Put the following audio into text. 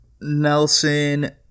Nelson